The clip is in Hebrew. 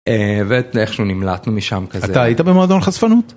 ואיך שהוא נמלט משם כזה אתה היית במועדון חשפנות.